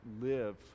live